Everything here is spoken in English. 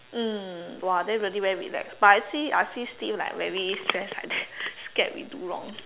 mm !wah! then really very relaxed but I see I see still like very stressed like that scared we do wrong